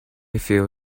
feel